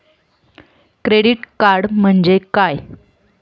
Credit card म्हणजे काय?